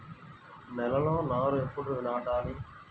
నేలలో నారు ఎప్పుడు నాటాలి?